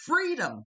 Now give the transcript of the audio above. Freedom